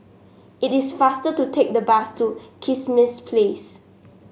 it is faster to take the bus to Kismis Place